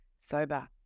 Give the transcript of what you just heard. sober